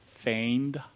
Feigned